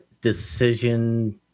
Decision